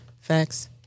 Facts